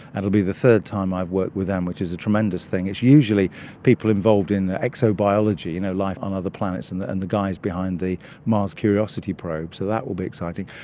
it will be the third time i've worked with them, which is a tremendous thing. it's usually people involved in exobiology, you know life on other planets and the and the guys behind the mars curiosity probe, so that will be exciting.